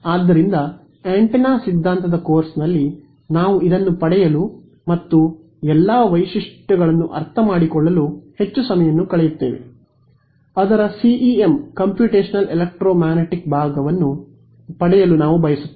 ಆದ್ದರಿಂದ ಆಂಟೆನಾ ಸಿದ್ಧಾಂತದ ಕೋರ್ಸ್ನಲ್ಲಿ ನಾವು ಇದನ್ನು ಪಡೆಯಲು ಮತ್ತು ಎಲ್ಲಾ ವೈಶಿಷ್ಟ್ಯಗಳನ್ನು ಅರ್ಥಮಾಡಿಕೊಳ್ಳಲು ಹೆಚ್ಚು ಸಮಯವನ್ನು ಕಳೆಯುತ್ತೇವೆ ಅದರ ಸಿಇಎಂ ಕಂಪ್ಯೂಟೇಶನಲ್ ಎಲೆಕ್ಟ್ರೋ ಮ್ಯಾಗ್ನೆಟಿಕ್ಸ್ ಭಾಗವನ್ನು ಪಡೆಯಲು ನಾವು ಬಯಸುತ್ತೇವೆ